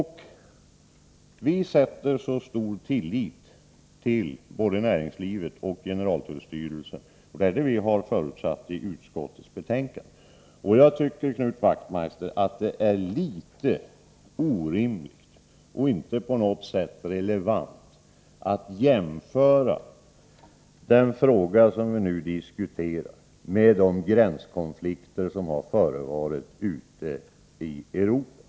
Vi sätter stor tillit till både näringslivet och generaltullstyrelsen — det har vi förutsatt i utskottsbetänkandet. Jag tycker, Knut Wachtmeister, att det är litet orimligt och inte på något sätt relevant att jämföra den fråga som vi nu diskuterar med de gränskonflikter som har förevarit ute i Europa.